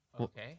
Okay